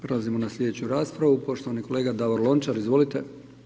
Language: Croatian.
Prelzaimo na sljedeću raspravu, poštovani kolega Davor Lončar, izvolite.